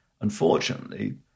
unfortunately